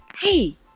hey